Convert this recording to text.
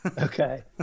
Okay